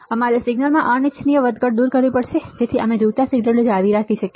અમારે સિગ્નલમાં અનિચ્છનીય વધઘટ દૂર કરવી પડશે જેથી અમે જોઈતા સિગ્નલને જાળવી રાખી શકીએ